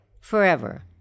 forever